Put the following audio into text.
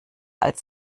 als